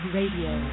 Radio